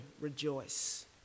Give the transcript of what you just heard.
rejoice